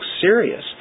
serious